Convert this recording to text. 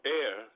air